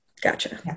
Gotcha